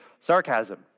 sarcasm